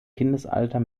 kindesalter